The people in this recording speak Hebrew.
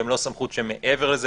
והן לא סמכות שמעבר לזה.